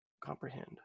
comprehend